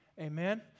Amen